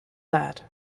that